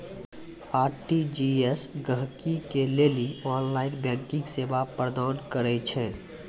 RTGS गहकि के लेली ऑनलाइन बैंकिंग सेवा प्रदान करै छै